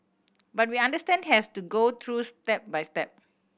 but we understand has to go through step by step